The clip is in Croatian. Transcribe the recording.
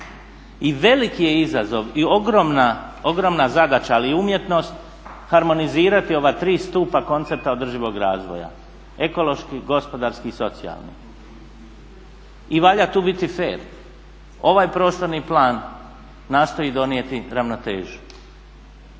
i veliki je izazov i ogromna zadaća ali i umjetnost, harmonizirati ova tri stupa koncepta održivog razvoja: ekološki, gospodarski i socijalni. I valja tu biti fer, ovaj prostorni plan nastoji donijeti ravnotežu.